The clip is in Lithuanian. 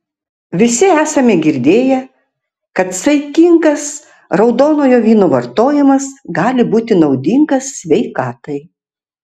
visi esame girdėję kad saikingas raudonojo vyno vartojimas gali būti naudingas sveikatai